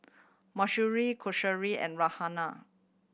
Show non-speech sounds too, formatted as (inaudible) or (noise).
Mahsuri (unintelligible) and Raihana